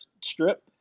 strip